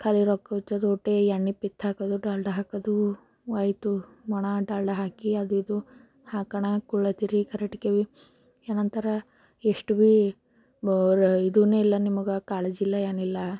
ಖಾಲಿ ರೊಕ್ಕ ಉಚ್ಚುದು ಅಷ್ಟೇ ಎಣ್ಣೆ ಪಿತ್ ಹಾಕೋದು ಡಾಲ್ಡ ಹಾಕೋದು ಆಯ್ತು ಒಣ ಡಾಲ್ಡ ಹಾಕಿ ಅದು ಇದು ಹಾಕೋಣ ಕೊಡತ್ತೀರಿ ಕರೆಕ್ಟ್ ಕೆ ಭೀ ಏನಂತಾರೆ ಎಷ್ಟು ಭೀ ಇದುವೇ ಇಲ್ಲ ನಿಮಗೆ ಕಾಳಜಿಲ್ಲ ಏನಿಲ್ಲ